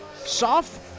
soft